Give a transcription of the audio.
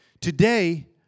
Today